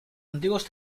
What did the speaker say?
antiguos